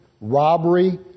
robbery